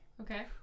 Okay